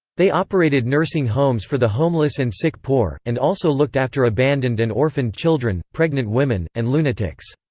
they operated nursing homes for the homeless and sick poor, and also looked after abandoned and orphaned children, pregnant women, and lunatics.